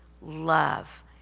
love